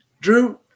Drew